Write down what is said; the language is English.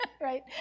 right